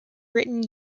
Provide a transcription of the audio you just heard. written